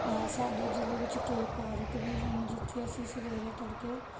ਹੈ ਸਾਡੇ ਜ਼ਿਲ੍ਹੇ ਵਿੱਚ ਕਈ ਪਾਰਕ ਵੀ ਹਨ ਜਿੱਥੇ ਅਸੀਂ ਸਵੇਰੇ ਤੜਕੇ